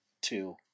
Two